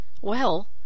Well